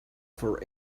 for